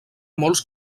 molts